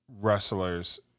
wrestlers